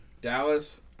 Dallas